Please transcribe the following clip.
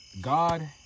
God